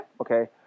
Okay